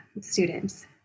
students